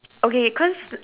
okay cause